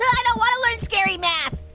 i don't wanna learn scary math.